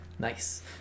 Nice